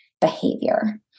behavior